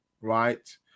right